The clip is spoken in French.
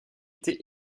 été